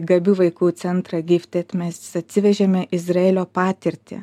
gabių vaikų centrą gifted mes atsivežėme izraelio patirtį